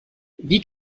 wie